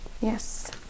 Yes